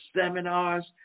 seminars